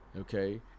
okay